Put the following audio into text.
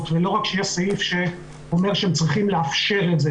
ולא רק שיהיה סעיף שאומר שהם צריכים לאפשר את זה,